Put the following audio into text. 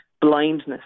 blindness